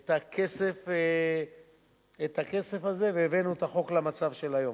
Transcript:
את הכסף הזה והבאנו את החוק למצב של היום.